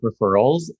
referrals